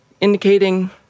indicating